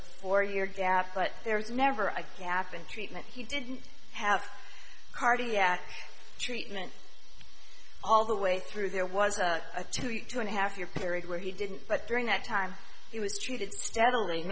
a four year gap but there was never a gap in treatment he didn't have cardiac treatment all the way through there was a two two and a half year period where he didn't but during that time he was treated steadily